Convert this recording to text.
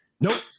Nope